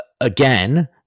again